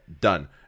Done